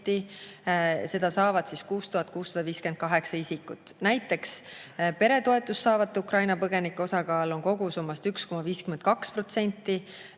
Seda saavad 6658 isikut. Näiteks peretoetust saavate Ukraina põgenike osakaal on kogusummas 1,52%.